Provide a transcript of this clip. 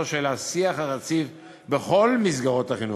של השיח הרציף בכל מסגרות החינוך,